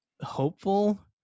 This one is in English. hopeful